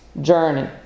journey